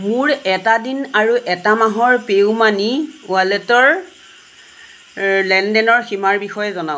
মোৰ এটা দিন আৰু এটা মাহৰ পে' ইউ মানিৰ ৱালেটৰ লেনদেনৰ সীমাৰ বিষয়ে জনাওঁক